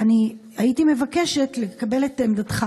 אני הייתי מבקשת לקבל את עמדתך.